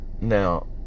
Now